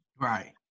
Right